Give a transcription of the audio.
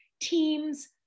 teams